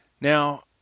now